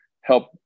help